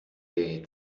die